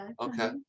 Okay